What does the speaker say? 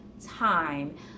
time